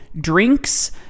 drinks